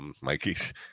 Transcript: Mikey's